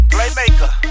Playmaker